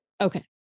Okay